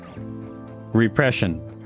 Repression